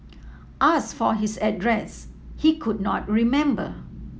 asked for his address he could not remember